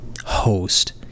host